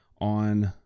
on